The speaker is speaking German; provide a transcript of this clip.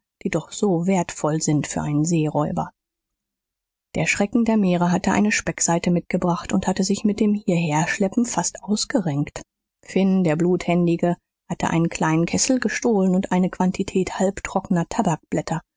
die doch so wertvoll sind für einen seeräuber der schrecken der meere hatte eine speckseite mitgebracht und hatte sich mit dem hierherschleppen fast ausgerenkt finn der bluthändige hatte einen kleinen kessel gestohlen und eine quantität halb